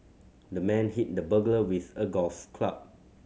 the man hit the burglar with a golf club